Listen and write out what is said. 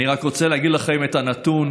אני רק רוצה להגיד לכם את הנתון,